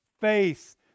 faith